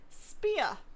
Spear